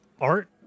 Art